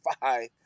five